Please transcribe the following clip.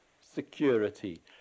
security